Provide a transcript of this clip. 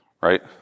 right